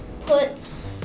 puts